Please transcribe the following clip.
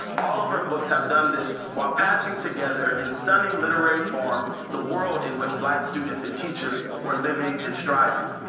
all of her books have done this while patching together, in stunning literary form, the world in which black students and teachers were living and striving.